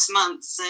months